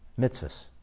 mitzvahs